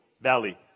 Valley